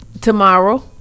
tomorrow